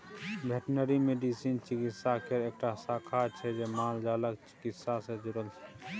veterinary medicine चिकित्सा केर एकटा शाखा छै जे मालजालक चिकित्सा सँ जुरल छै